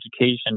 education